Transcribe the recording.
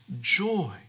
joy